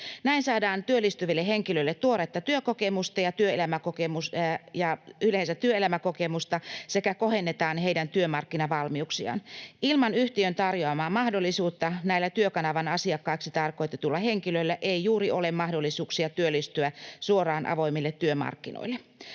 Näin saadaan työllistyville henkilöille tuoretta työkokemusta ja yleensä työelämäkokemusta sekä kohennetaan heidän työmarkkinavalmiuksiaan. Ilman yhtiön tarjoamaa mahdollisuutta näillä Työkanavan asiakkaiksi tarkoitetuilla henkilöillä ei juuri ole mahdollisuuksia työllistyä suoraan avoimille työmarkkinoille.